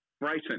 Bryson